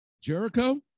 Jericho